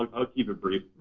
ah i'll keep it brief.